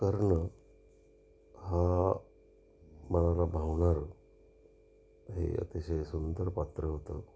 कर्ण हा मनाला भावणार हे अतिशय सुंदर पात्र होतं